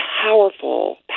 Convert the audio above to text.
powerful